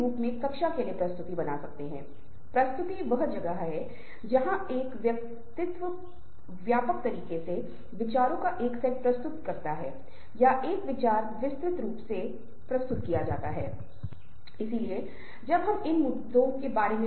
इसलिए यदि आप प्रत्येक कार्य को देख रहे हैं तो प्रत्येक चिन्ह एक विशिष्ट प्रतीकात्मक कार्य करता है और ये कृत्य बहुत महत्वपूर्ण हैं अगर हमें सामाजिक मनुष्यों को समाज में योगदान करने के लिए सार्थक बनाना है तो समाज के भीतर सार्थक रूप से नवीगेट करना है इसलिए हम इन बातों को ध्यान में रखते हैं